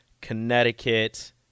Connecticut